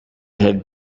had